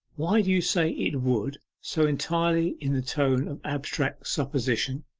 why do you say it would, so entirely in the tone of abstract supposition?